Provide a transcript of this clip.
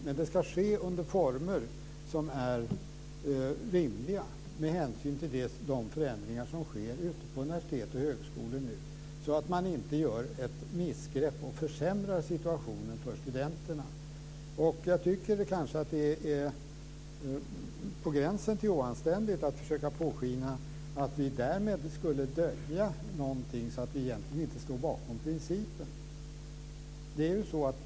Men det ska ske under former som är rimliga med hänsyn till de förändringar som nu sker ute på universitet och högskolor, så att man inte gör ett missgrepp och försämrar situationen för studenterna. Jag tycker kanske att det är på gränsen till oanständigt att försöka påskina att vi därmed skulle dölja någonting och att vi egentligen inte står bakom principen.